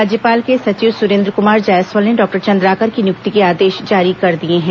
राज्यपाल के सचिव सुरेन्द्र कुमार जायसवाल ने डॉक्टर चंद्राकर की नियुक्ति के आदेश जारी कर दिए हैं